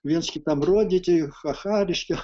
viens kitam rodyti cha cha reiškia